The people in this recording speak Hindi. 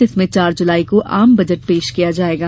जिसमें चार जुलाई को आम बजट पेश किया जाएगा